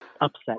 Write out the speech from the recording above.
upset